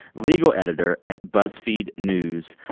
legal editor at buzzfeed news.